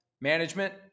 Management